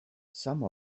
some